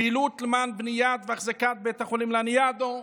פעילות למען בניית והחזקת בית החולים לניאדו,